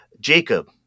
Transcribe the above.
Jacob